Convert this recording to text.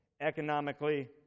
economically